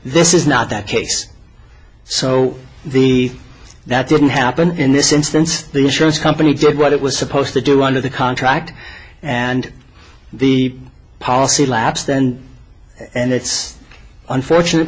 this is not that case so the that didn't happen in this instance the insurance company took what it was supposed to do under the contract and the policy lapse then and that's unfortunate